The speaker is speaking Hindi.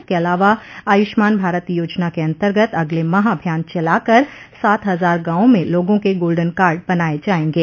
इसके अलावा आयुष्मान भारत योजना के अंतर्गत अगले माह अभियान चलाकर सात हजार गांवों में लोगों के गोल्डन कार्ड बनाये जायेंगे